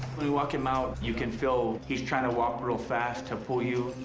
when you walk him out, you can feel he's trying to walk real fast to pull you.